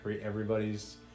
everybody's